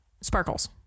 sparkles